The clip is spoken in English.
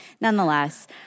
nonetheless